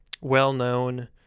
well-known